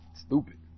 stupid